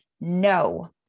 no